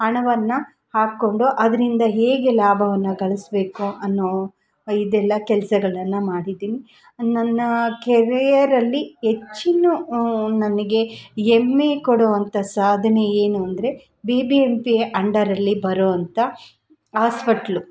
ಹಣವನ್ನ ಹಾಕ್ಕೊಂಡು ಅದರಿಂದ ಹೇಗೆ ಲಾಭವನ್ನ ಗಳಿಸಬೇಕು ಅನ್ನೋ ಇದೆಲ್ಲ ಕೆಲಸಗಳನ್ನ ಮಾಡಿದ್ದೀನಿ ನನ್ನ ಕೆರಿಯರ್ ಅಲ್ಲಿ ಹೆಚ್ಚಿನು ನನಗೆ ಹೆಮ್ಮೆ ಕೊಡೋಂಥ ಸಾಧನೆ ಏನು ಅಂದರೆ ಬಿ ಬಿ ಎಮ್ ಪಿ ಅಂಡರಲ್ಲಿ ಬರೋಂಥ ಆಸ್ಪೆಟ್ಲು